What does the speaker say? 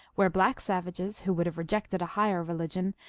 where black savages, who would have rejected a higher religion,